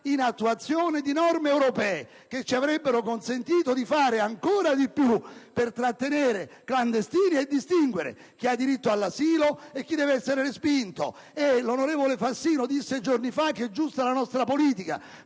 in attuazione di norme europee, che ci avrebbero consentito di fare ancora di più per trattenere i clandestini e distinguere chi ha diritto all'asilo e chi deve essere respinto. L'onorevole Fassino, giorni fa, ha affermato che è giusta la nostra politica,